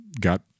got